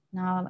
Now